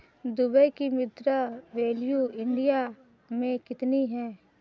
Dubai की मुद्रा value India मे कितनी है?